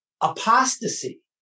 Apostasy